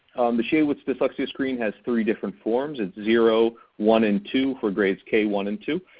the shaywitz dyslexiascreen has three different forms. it's zero, one, and two for grades k, one, and two.